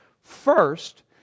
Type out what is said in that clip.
First